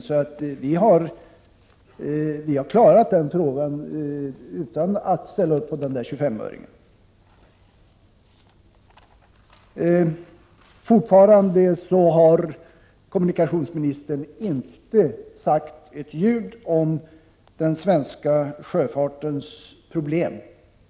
Således har vi klarat den här frågan utan att ställa upp på den aktuella 25-öringen. Fortfarande har kommunikationsministern inte sagt ett ljud om den svenska sjöfartens problem.